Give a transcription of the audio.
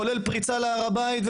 כולל פריצה להר הבית.